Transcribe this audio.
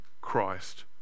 Christ